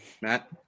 Matt